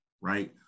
Right